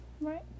Right